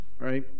Right